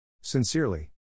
Sincerely